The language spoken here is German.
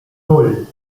nan